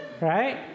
right